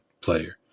player